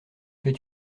fais